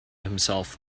himself